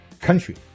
country